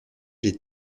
les